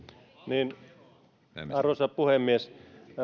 arvoisa puhemies